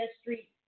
Street